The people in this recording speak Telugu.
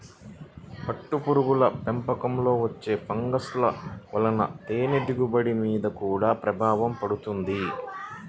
పట్టుపురుగుల పెంపకంలో వచ్చే ఫంగస్ల వలన తేనె దిగుబడి మీద గూడా ప్రభావం పడుతుంది